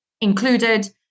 included